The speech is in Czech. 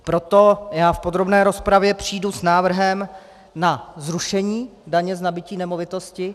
Proto v podrobné rozpravě přijdu s návrhem na zrušení daně z nabytí nemovitosti.